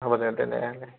হ'ব দে তেনে